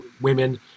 women